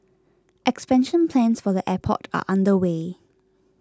expansion plans for the airport are underway